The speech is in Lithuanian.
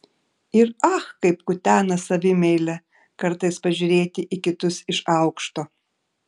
ir ach kaip kutena savimeilę kartais pažiūrėti į kitus iš aukšto